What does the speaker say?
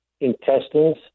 intestines